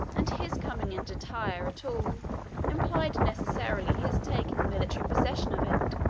and his coming into tyre at all implied necessarily his taking military possession of it.